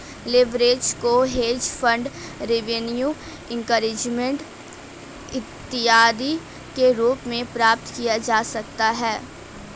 leverage को hedge fund revenue increment इत्यादि के रूप में प्राप्त किया जा सकता है